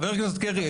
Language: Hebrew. חבר הכנסת קרעי,